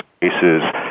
cases